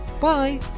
bye